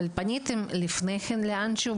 אבל פניתם לפני כן לאנשהו,